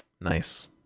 Nice